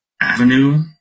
avenue